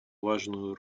важную